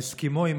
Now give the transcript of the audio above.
האסקימואים,